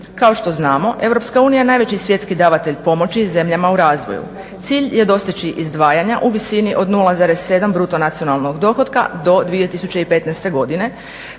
Kao što znamo EU je najveći svjetski davatelj pomoći zemljama u razvoju. Cilj je dostići izdvajanja u visini od 0,7 bruto nacionalnog dohotka do 2015. godine,